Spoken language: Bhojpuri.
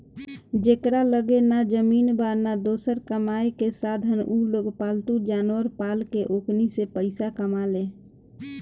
जेकरा लगे ना जमीन बा, ना दोसर कामायेके साधन उलोग पालतू जानवर पाल के ओकनी से पईसा कमाले